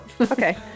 Okay